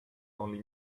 only